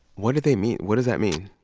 what did they mean? what does that mean?